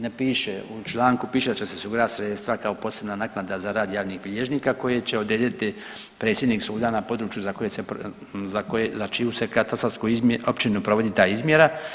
Ne piše u članku, piše da će se osigurati sredstva kao posebna naknada za rad javnih bilježnika koje će odrediti predsjednik suda na područja za čiju se katastarsku općinu provodi ta izmjera.